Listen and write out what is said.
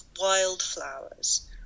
wildflowers